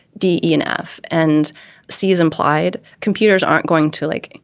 d, e, and f and c is implied. computers aren't going to like,